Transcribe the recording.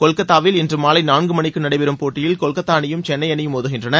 கொல்கத்தாவில் இன்று மாலை நான்கு மணிக்கு நடைபெறும் போட்டியில் கொல்கத்தா அணியும் சென்னை அணியும் மோதுகின்றன